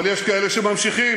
אבל יש כאלה שממשיכים: